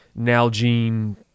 Nalgene